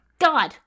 God